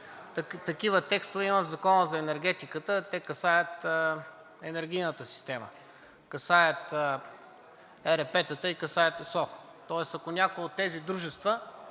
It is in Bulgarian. Такива текстове има в Закона за енергетиката, те касаят енергийната система, касаят ЕРП-тата и касаят ЕСО, тоест ако някое от тези дружества